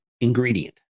ingredient